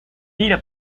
tira